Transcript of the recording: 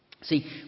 See